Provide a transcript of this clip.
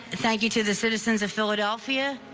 thank you to the citizens of philadelphia,